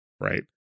right